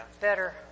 better